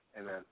amen